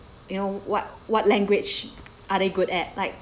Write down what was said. you know what what language are they good at like